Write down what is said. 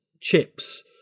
chips